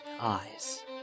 eyes